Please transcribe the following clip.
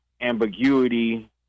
ambiguity